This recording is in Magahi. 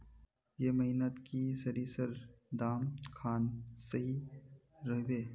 ए महीनात की सरिसर दाम खान सही रोहवे?